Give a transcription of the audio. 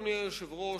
אדוני היושב-ראש,